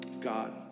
God